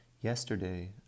Yesterday